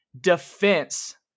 defense